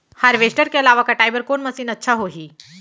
Harvester के अलावा कटाई बर कोन मशीन अच्छा होही?